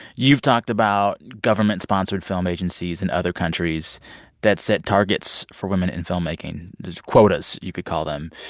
you've talked about government-sponsored film agencies in other countries that set targets for women in filmmaking quotas, you could call them.